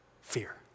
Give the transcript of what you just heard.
fear